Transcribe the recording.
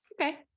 okay